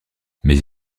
mais